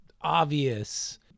Obvious